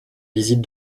visites